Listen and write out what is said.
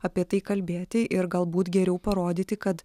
apie tai kalbėti ir galbūt geriau parodyti kad